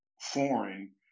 foreign